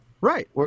right